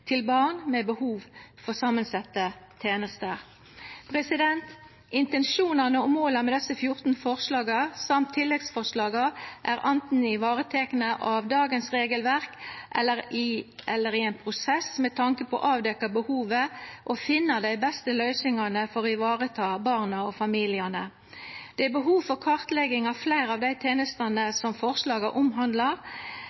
til barn med behov for samansette tenester. Intensjonane og måla med desse 14 forslaga – og tilleggsforslaga – er anten varetekne av dagens regelverk eller i ein prosess med tanke på å avdekkja behovet og finna dei beste løysingane for å vareta barna og familiane. Det er behov for kartlegging av fleire av dei tenestene